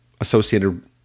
associated